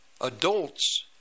adults